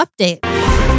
update